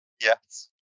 Yes